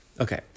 Okay